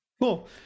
Cool